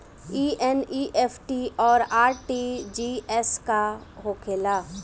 ई एन.ई.एफ.टी और आर.टी.जी.एस का होखे ला?